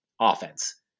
offense